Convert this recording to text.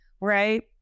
Right